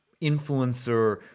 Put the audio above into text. influencer